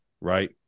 right